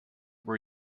were